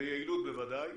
ביעילות בוודאי,